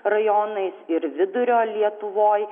rajonais ir vidurio lietuvoj